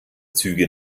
züge